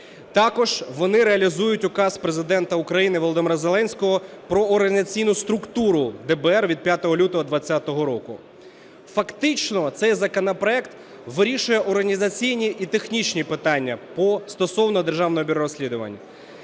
Також вони реалізують Указ Президента України Володимира Зеленського про організаційну структуру ДБР від 5 лютого 2020 року. Фактично цей законопроект вирішує організаційні і технічні питання стосовно Державного бюро розслідувань,